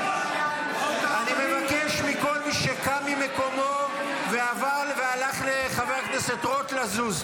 אני מבקש מכל מי שקם ממקומו והלך לחבר הכנסת רוט לזוז.